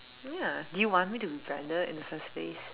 ya do you want me to be branded in the first place